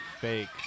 fake